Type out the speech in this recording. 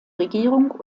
regierung